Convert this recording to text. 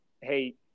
hey